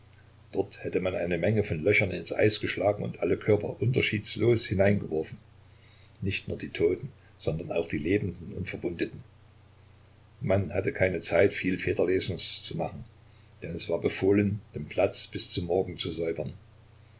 dort hätte man eine menge von löchern ins eis geschlagen und alle körper unterschiedslos hineingeworfen nicht nur die toten sondern auch die lebenden und verwundeten man hatte keine zeit viel federlesens zu machen denn es war befohlen den platz bis zum morgen zu säubern